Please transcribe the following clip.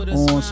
on